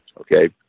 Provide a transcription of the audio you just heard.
Okay